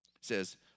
says